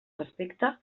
respecte